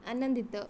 ଆନନ୍ଦିତ